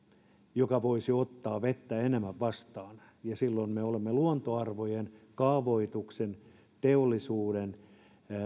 joka voisi ottaa vettä enemmän vastaan ja silloin me olemme luontoarvojen kaavoituksen teollisuuden